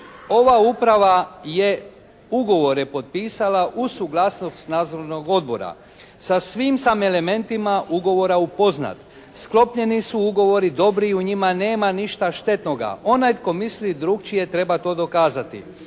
"Ova uprava je ugovore potpisala uz suglasnost nadzornog odbora. Sa svim sam elementima ugovora upoznat. Sklopljeni su ugovori dobri u njima nema ništa štetnoga. Onaj koji misle drukčije treba to dokazati.